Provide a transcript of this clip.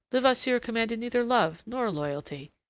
levasseur commanded neither love nor loyalty.